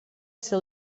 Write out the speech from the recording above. ser